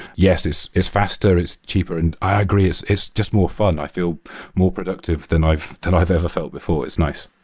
yes, it's it's faster, it's cheaper, and i agree, it's it's just more fun. i feel more productive than i've than i've ever felt before. it's nice.